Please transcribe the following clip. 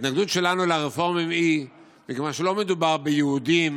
ההתנגדות שלנו לרפורמים היא מכיוון שלא מדובר ביהודים